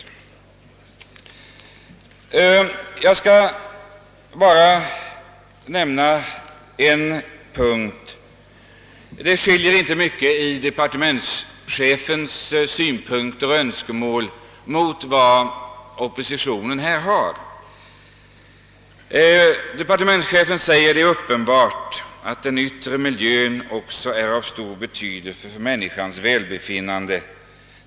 Departementschefens synpunkter och önskemål skiljer sig inte mycket från oppositionens. Jag skall bara ta upp en punkt. Departementschefen säger: »Det är uppenbart att den yttre miljön också är av stor betydelse för människornas välbefinnande.